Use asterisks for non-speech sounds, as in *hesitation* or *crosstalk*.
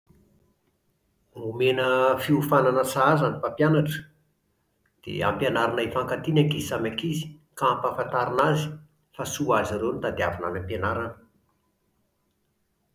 Omena *hesitation* fiofanana sahaza ny mpampianatra. Dia ampianarina hifankatia ny ankizy samy ankizy. Ka ampianarina azy fa soa ho azy ireo no tadiavina any am-pianarana